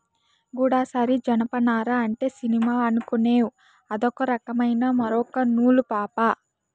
గూడసారి జనపనార అంటే సినిమా అనుకునేవ్ అదొక రకమైన మూరొక్క నూలు పాపా